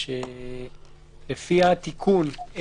יש בדיקות?